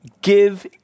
give